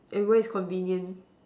and where is convenient